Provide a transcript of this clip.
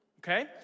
Okay